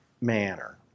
manner